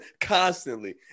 constantly